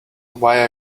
why